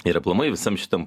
ir aplamai visam šitam